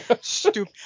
Stupid